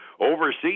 Overseas